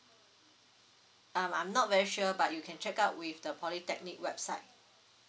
um I'm not very sure but you can check out with the polytechnic website